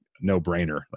no-brainer